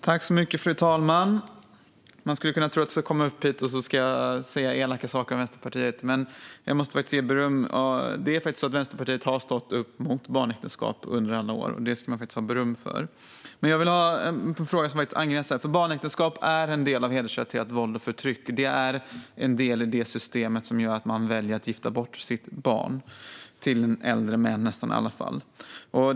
Fru talman! Man skulle kunna tro att jag kommer upp hit för att säga elaka saker om Vänsterpartiet, men jag måste ge beröm. Vänsterpartiet har stått upp mot barnäktenskap under alla år, och det ska de ha beröm för. Jag vill dock ställa en fråga som angränsar till detta. Barnäktenskap är en del av hedersrelaterat våld och förtryck. Det är en del i det system som gör att man väljer att gifta bort sitt barn till, i nästan alla fall, äldre män.